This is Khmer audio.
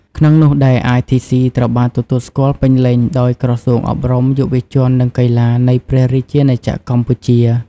ក្នុងនោះដែរITC ត្រូវបានទទួលស្គាល់ពេញលេញដោយ ក្រសួងអប់រំ យុវជន និងកីឡា នៃព្រះរាជាណាចក្រកម្ពុជា។